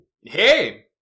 hey